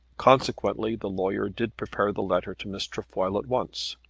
consequently the lawyer did prepare the letter to miss trefoil at once,